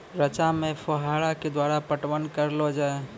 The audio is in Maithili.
रचा मे फोहारा के द्वारा पटवन करऽ लो जाय?